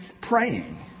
praying